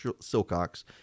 Silcox